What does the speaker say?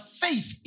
faith